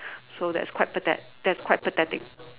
so that's quite pathe~ that's quite pathetic